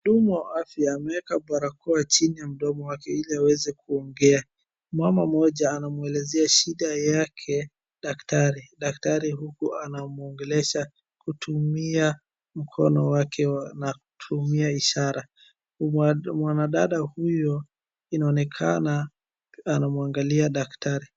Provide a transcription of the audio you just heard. Mhudumu wa afya ameweka barakoa chini ya mdomo wake ili aweze kuongea. mama mmoja anamwelezea shida yake daktari, daktari huku anamwongelesha kutumia mkono wake na kutumia ishara. Mwana dada huyo inaonekana anamwangalia daktari.